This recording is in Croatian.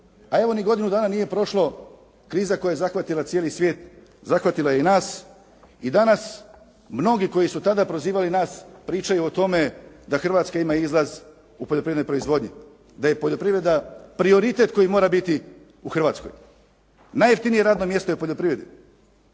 A evo ni godinu dana nije prošlo, kriza koja je zahvatila cijeli svijet, zahvatila je i nas i danas mnogi koji su tada prozivali nas pričaju o tome da Hrvatska ima izlaz u poljoprivrednoj proizvodnji, da je poljoprivreda prioritet koji mora biti u Hrvatskoj. Najjeftinije radno mjesto je u poljoprivredi.